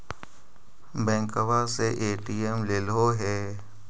बैंकवा से ए.टी.एम लेलहो है?